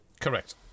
correct